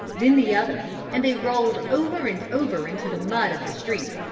then the other, and they rolled over and over into the mud of the street,